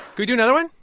could we do another one?